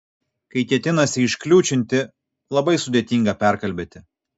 kai ketinasi iškliūčinti labai sudėtinga perkalbėti